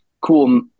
cool